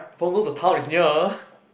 Punggol to town is near